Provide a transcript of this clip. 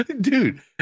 dude